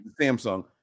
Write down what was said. Samsung